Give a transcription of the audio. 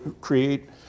create